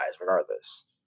regardless